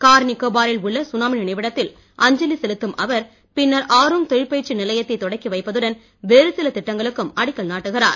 கார்நிகோபா ரில் உள்ள சுனாமி நினைவிடத்தில் அஞ்சலி செலுத்தும் அவர் பின்னர் ஆரோங் தொழிற்பயிற்சி நிலையத்தைத் தொடக்கி வைப்பதுடன் வேறுசில திட்டங்களுக்கும் அடிக்கல் நாட்டுகிறார்